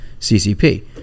CCP